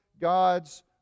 God's